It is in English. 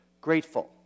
grateful